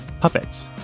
puppets